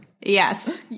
Yes